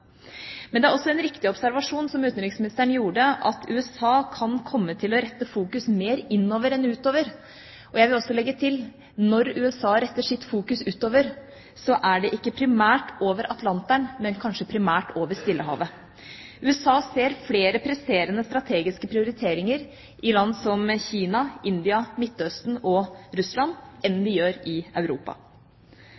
Men det er også en riktig observasjon som utenriksministeren gjorde, at USA kan komme til å rette fokus mer innover enn utover. Jeg vil også legge til: Når USA retter sitt fokus utover, er det ikke primært over Atlanteren, men kanskje primært over Stillehavet. USA ser flere presserende strategiske prioriteringer i land som Kina, India, Midtøsten og Russland enn